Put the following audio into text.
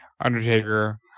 Undertaker